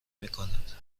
میکند